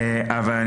לעבודה